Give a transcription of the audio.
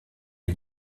est